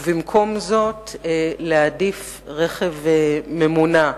ובמקום זאת להעדיף רכב ממונע.